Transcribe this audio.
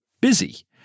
busy